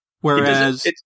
Whereas